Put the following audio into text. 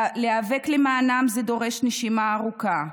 להיאבק למענם זה דורש נשימה ארוכה,